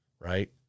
right